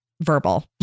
verbal